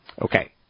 Okay